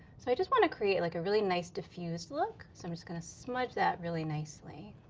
so i just want to create like a really nice diffused look, so i'm just gonna smudge that really nicely.